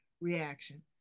reaction